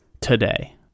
today